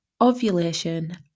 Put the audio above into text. ovulation